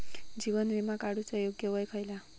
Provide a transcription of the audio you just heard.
जीवन विमा काडूचा योग्य वय खयला?